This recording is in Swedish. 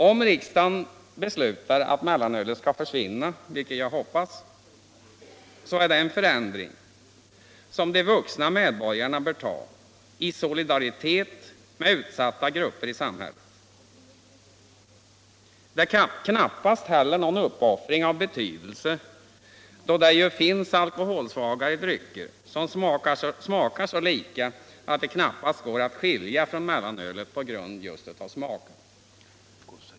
Om riksdagen beslutar att mellanölet skall försvinna, vilket jag hoppas, är det en förändring som de vuxna medborgarna bör ta i solidaritet med utsatta grupper i samhället. Det är knappast heller någon uppoffring av betydelse, då det ju finns alkoholsvagare drycker som smakar så lika att de knappast går att skilja från mellanölet på grund av smaken.